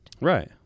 right